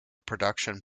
production